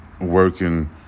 working